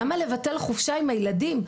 למה לבטל חופשה עם הילדים?